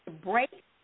break